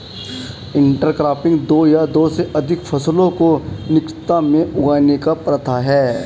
intercropping दो या दो से अधिक फसलों को निकटता में उगाने की प्रथा है